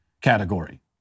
category